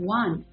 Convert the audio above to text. one